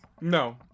No